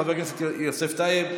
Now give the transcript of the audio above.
חבר הכנסת יוסף טייב,